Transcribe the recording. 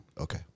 Okay